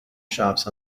shops